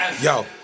yo